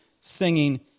singing